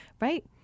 right